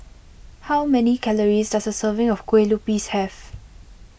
how many calories does a serving of Kueh Lupis have